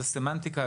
זוהי סמנטיקה,